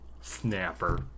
snapper